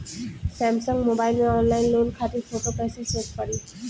Samsung mobile में online loan खातिर photo कैसे सेभ करीं?